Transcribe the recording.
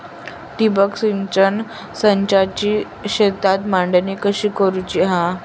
ठिबक सिंचन संचाची शेतात मांडणी कशी करुची हा?